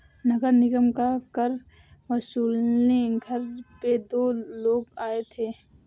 नगर निगम का कर वसूलने घर पे दो लोग आए थे